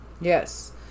yes